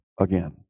again